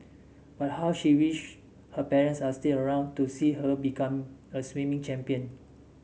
but how she wished her parents are still around to see her become a swimming champion